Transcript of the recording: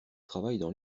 travaillent